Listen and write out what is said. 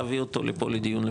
להביא אותו לפה לדיון,